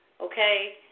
okay